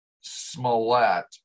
Smollett